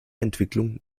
entwicklung